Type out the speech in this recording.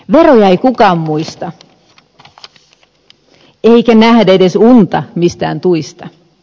veroja ei kukaan muista eikä nähdä edes unta mistään tuista